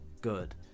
good